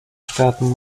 staaten